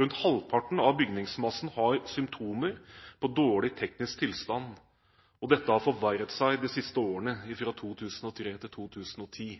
Rundt halvparten av bygningsmassen har symptomer på dårlig teknisk tilstand, og dette har forverret seg de siste årene, fra 2003 til 2010.